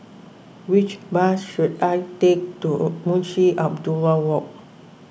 which bus should I take to Munshi Abdullah Walk